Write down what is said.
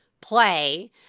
play